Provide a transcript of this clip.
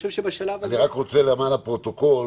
אני רק רוצה למען הפרוטוקול,